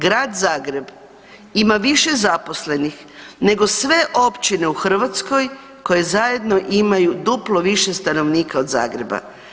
Grad Zagreb ima više zaposlenih nego sve općine u Hrvatskoj koje zajedno imaju duplo više stanovnika od Zagreba.